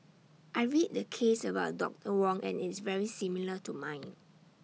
I read the case about doctor Wong and it's very similar to mine